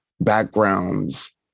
backgrounds